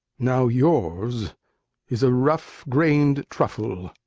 now yours is a rough-grained truffle.